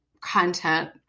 content